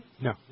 No